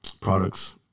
Products